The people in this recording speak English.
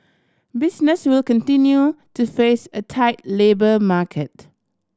business will continue to face a tight labour market